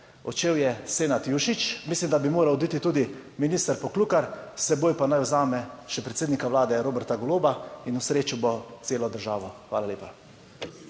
Odšel je Senad Jušić, mislim, da bi moral oditi tudi minister Poklukar, s seboj pa naj vzame še predsednika vlade Roberta Goloba. In osrečil bo celo državo. Hvala lepa.